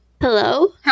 Hello